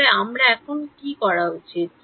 তাহলে আমার এখন কি করা উচিত